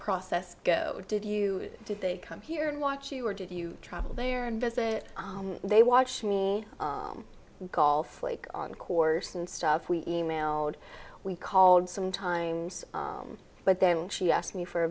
process go did you did they come here and watch you or did you travel there and visit they watch me golf like on course and stuff we emailed we called sometimes but then she asked me for a